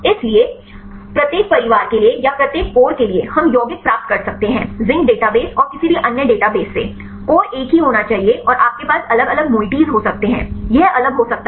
इसलिए प्रत्येक परिवार के लिए या प्रत्येक कोर के लिए हम यौगिक प्राप्त कर सकते हैं जिंक डेटाबेस और किसी भी अन्य डेटाबेस से कोर एक ही होना चाहिए और आपके पास अलग अलग मोईएटीस हो सकते हैं यह अलग हो सकता है